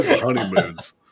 honeymoons